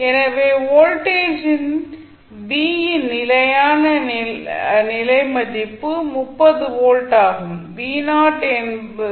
எனவே வோல்டேஜின் v யின் நிலையான நிலை மதிப்பு 30 வோல்ட் ஆகும்